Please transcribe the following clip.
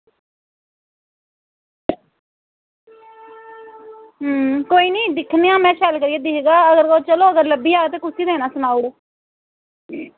अं कोई निं दिक्खनै आं में शैल करियै दिक्खगा ओह्दे बिच ते चलो अगर लब्भी जाह्ग ते कुसी देना सनाई ओड़ो